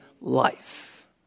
life